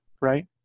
Right